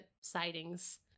sightings